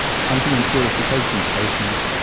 pumping and purification stations,